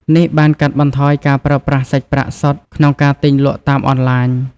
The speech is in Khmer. នេះបានកាត់បន្ថយការប្រើប្រាស់សាច់ប្រាក់សុទ្ធក្នុងការទិញលក់តាមអនឡាញ។